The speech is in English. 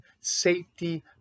safety